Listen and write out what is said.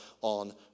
on